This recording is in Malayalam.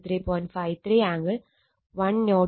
53 ആംഗിൾ 103